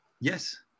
Yes